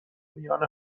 میان